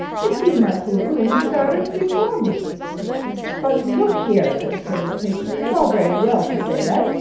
i see my poodle in ze garden before me but look here said the colonel, impatiently it's all very well to say that,